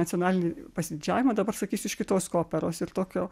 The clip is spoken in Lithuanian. nacionalinį pasididžiavimą dabar sakysiu iš kitos koperos ir tokio